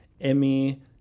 Emmy